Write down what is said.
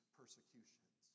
persecutions